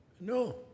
No